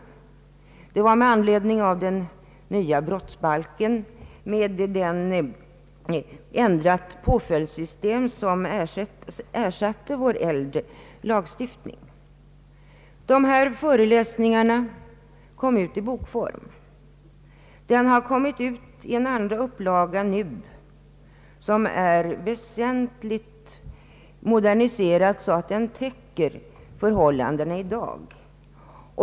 Kursen ägde rum med an ledning av den nya brottsbalken med ändrat påföljdssystem som ersatte den äldre lagstiftningen. Dessa föreläsningar kom ut i bokform. Boken har nu givits ut i en andra upplaga som är väsentligt moderniserad så att den täcker förhållandena i dag.